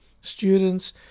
students